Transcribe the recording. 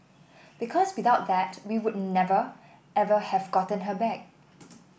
because without that we would never ever have gotten her back